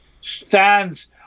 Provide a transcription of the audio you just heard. stands